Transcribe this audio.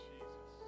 Jesus